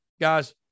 Guys